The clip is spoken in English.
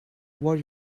what